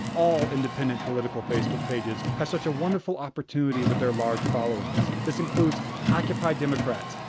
all independent political facebook pages have such a wonderful opportunity with their large followings. this includes occupy democrats,